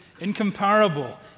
incomparable